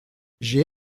j’ai